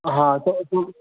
हय फुल